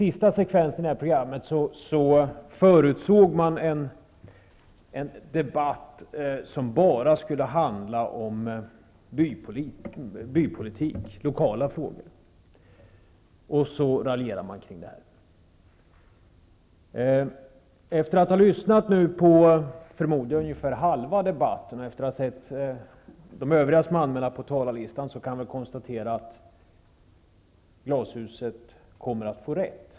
I slutet av programmet förutsåg man att dagens försvarspolitiska debatt enbart skulle handla om bypolitik, dvs. lokala frågor. Efter att ha lyssnat på ungefär hälften av debatten och efter att ha noterat vilka övriga ledamöter som finns kvar på talarlistan, kan jag konstatera att man i programmet Glashuset kommer att få rätt.